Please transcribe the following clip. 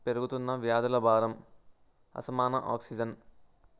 పెరుగుతున్న వ్యాధుల భారం అసమాన ఆక్సిజన్